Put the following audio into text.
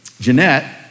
Jeanette